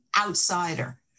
outsider